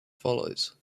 follows